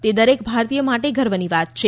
તે દરેક ભારતીય માટે ગર્વની વાત છે